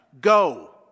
go